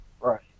Right